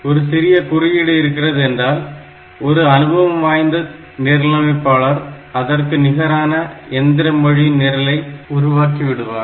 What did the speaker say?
ஒரு சிறிய குறியீடு இருக்கிறது என்றால் ஒரு அனுபவம் வாய்ந்த நிரலமைப்பாளர் அதற்கு நிகரான சிறந்த எந்திர மொழி நிரலை உருவாக்கி விடுவார்